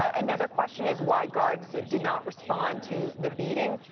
ah another question is why guards did not respond to the beating.